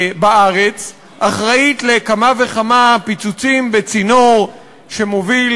בארץ, אחראית לכמה וכמה פיצוצים בצינור שמוביל